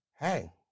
hey